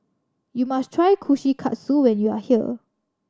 you must try Kushikatsu when you are here